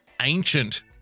ancient